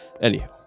Anyhow